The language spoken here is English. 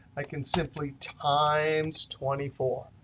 i can simply times twenty four.